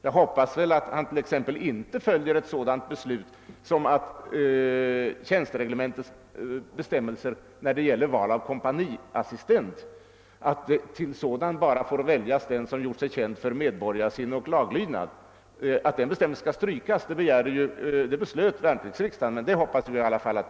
Jag hoppas att han t.ex. inte följer ett sådant beslut som att tjänstereglementets bestämmelser i fråga om val av kompaniassistent att till sådan bara får väljas den som gjort sig känd för medborgarsinne och laglydnad — skall strykas, vilket värnpliktsriksdagen begärde.